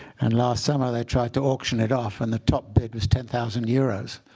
and last summer they tried to auction it off. and the top bid was ten thousand euros.